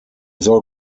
soll